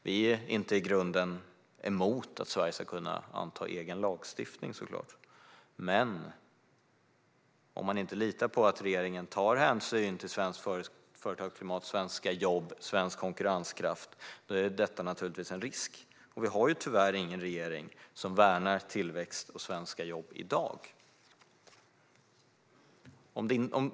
Vi är inte i grunden emot att Sverige ska kunna anta egen lagstiftning, men om man inte litar på att regeringen tar hänsyn till svenskt företagsklimat, svenska jobb eller svensk konkurrenskraft tycker man naturligtvis att detta utgör en risk. Och vi har tyvärr inte en regering som värnar tillväxt eller svenska jobb i dag.